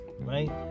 right